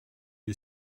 est